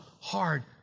hard